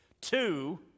Two